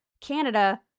Canada